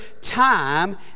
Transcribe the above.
time